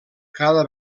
cada